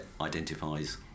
identifies